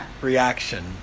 reaction